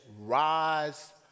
rise